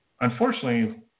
Unfortunately